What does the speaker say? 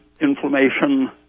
Inflammation